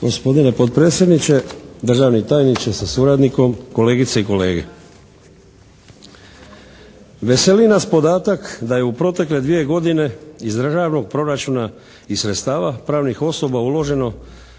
Gospodine potpredsjedniče, državni tajniče sa suradnikom, kolegice i kolege. Veseli nas podatak da je u protekle dvije godine iz državnog proračuna i sredstava pravnih osoba uloženo